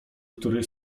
który